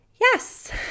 Yes